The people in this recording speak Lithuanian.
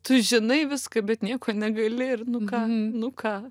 tu žinai viską bet nieko negaili ir nu ką nu ką